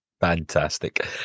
Fantastic